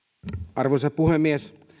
arvoisa puhemies